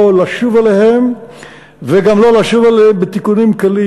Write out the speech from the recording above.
לא לשוב אליהם וגם לא לשוב אליהם בתיקונים קלים,